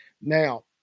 Now